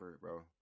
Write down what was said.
bro